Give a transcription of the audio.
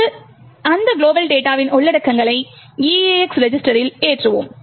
இப்போது அந்த குளோபல் டேட்டாவின் உள்ளடக்கங்களை EAX ரெஜிஸ்டரில் ஏற்றுவோம்